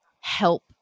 help